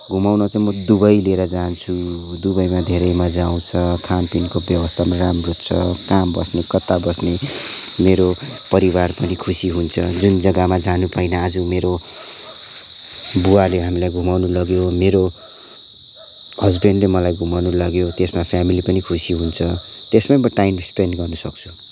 घुमाउन चाहिँ म चाहिँ दुबई लिएर जान्छु दुबईमा धेरै मज्जा आउँछ खानपिनको व्यवस्था पनि राम्रो छ कहाँ बस्ने कता बस्ने मेरो परिवार पनि खुसी हुन्छ जुन जग्गामा जान पाइनँ आज मेरो बुवाले हामीलाई घुमाउनु लग्यो मेरो हजबेन्डले मलाई घुमाउनु लग्यो त्यसमा फ्यामिली पनि खुसी हुन्छ त्यसमै म टाइम स्पेन्ट गर्न सक्छु